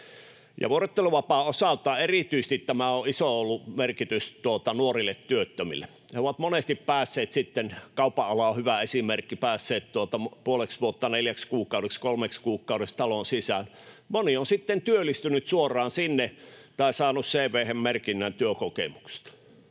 Vuorotteluvapaan osalta erityisesti tämä on ollut iso merkitys nuorille työttömille. He ovat monesti sitten päässeet — kaupanala on hyvä esimerkki — puoleksi vuotta, neljäksi kuukaudeksi, kolmeksi kuukaudeksi taloon sisään. Moni on sitten työllistynyt suoraan sinne tai saanut CV:hen merkinnän työkokemuksesta.